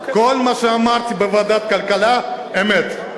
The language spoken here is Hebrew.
כל מה שאמרתי בוועדת כלכלה זה אמת.